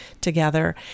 together